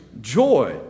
joy